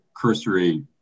cursory